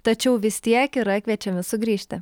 tačiau vis tiek yra kviečiami sugrįžti